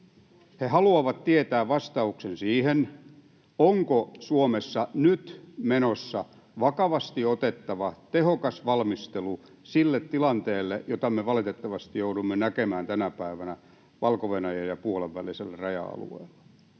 He haluavat tietää vastauksen siihen, onko Suomessa nyt menossa vakavasti otettava, tehokas valmistelu siihen tilanteeseen, jota me valitettavasti joudumme näkemään tänä päivänä Valko-Venäjän ja Puolan välisellä raja-alueella.